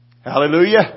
Hallelujah